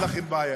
אין לכם בעיה.